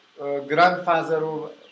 grandfather